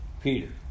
Peter